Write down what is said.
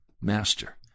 master